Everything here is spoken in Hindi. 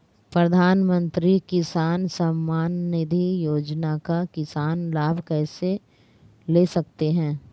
प्रधानमंत्री किसान सम्मान निधि योजना का किसान लाभ कैसे ले सकते हैं?